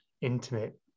intimate